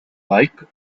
like